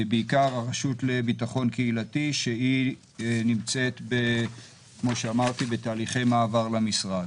זה בעיקר הרשות לביטחון קהילתי שהיא נמצאת בתהליכי מעבר למשרד.